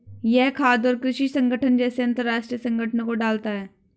यह खाद्य और कृषि संगठन जैसे अंतरराष्ट्रीय संगठनों को डालता है